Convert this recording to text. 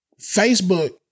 Facebook